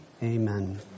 Amen